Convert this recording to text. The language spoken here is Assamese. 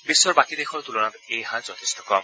বিশ্বৰ বাকী দেশৰ তুলনাত এই হাৰ যথেষ্ট কম